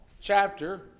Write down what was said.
chapter